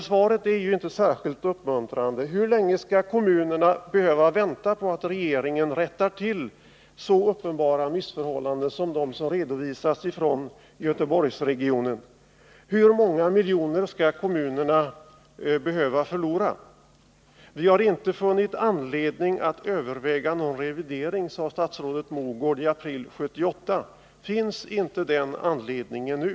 Svaret är inte särskilt uppmuntrande. Hur länge skall kommunerna behöva vänta på att regeringen rättar till så uppenbara missförhållanden som de som redovisas från Göteborgsregionen? Hur många miljoner skall kommunerna behöva förlora? Vi har inte funnit anledning att överväga någon revidering, sade statsrådet Mogård i april 1978. Finns inte den anledningen nu?